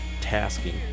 tasking